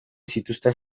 zituzten